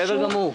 כן, בסדר גמור.